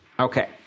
Okay